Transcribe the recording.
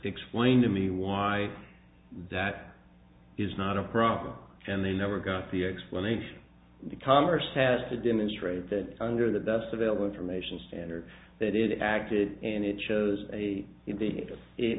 explained to me why that is not a problem and they never got the explanation the commerce has to demonstrate that under the best available information standard that it acted and it shows a